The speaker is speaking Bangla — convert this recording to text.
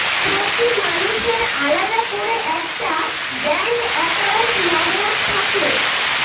প্রতি মানুষের আলাদা করে একটা ব্যাঙ্ক একাউন্ট নম্বর থাকে